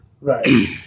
Right